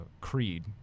Creed